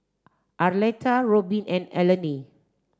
Arletta Robyn and Eleni